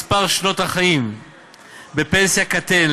מספר שנות החיים בפנסיה קטן,